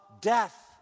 death